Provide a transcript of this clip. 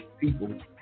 people